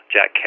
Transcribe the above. Jack